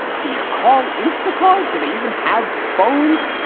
can you call instacart? didn't even have phones.